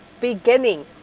beginning